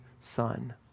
son